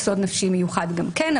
יסוד נפשי מיוחד גם כן,